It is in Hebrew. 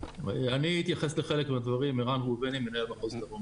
אני מנהל מחוז דרום